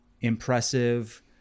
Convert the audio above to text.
impressive